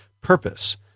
purpose